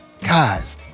guys